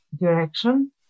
direction